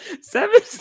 Seven